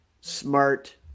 smart